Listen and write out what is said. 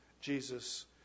Jesus